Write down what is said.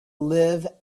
live